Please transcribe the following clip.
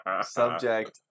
subject